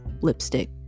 lipstick